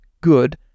Good